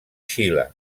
xile